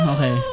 Okay